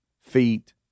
feet